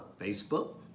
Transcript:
Facebook